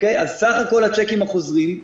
אז סך הכול הצ'קים החוזרים,